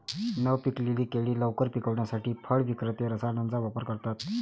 न पिकलेली केळी लवकर पिकवण्यासाठी फळ विक्रेते रसायनांचा वापर करतात